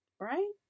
right